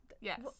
Yes